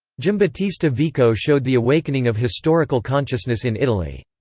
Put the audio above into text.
giambattista vico showed the awakening of historical consciousness in italy.